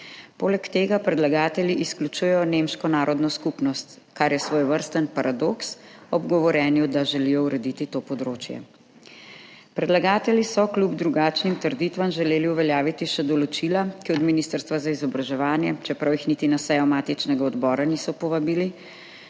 Poleg tega predlagatelji izključujejo nemško narodno skupnost, kar je svojevrsten paradoks, ob govorjenju, da želijo urediti to področje. Predlagatelji so kljub drugačnim trditvam želeli uveljaviti še določila, ki od Ministrstva za vzgojo in izobraževanje, čeprav jih niti na sejo matičnega odbora niso povabili,